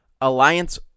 Alliance